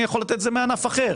אני יכול לתת את זה מענף אחר.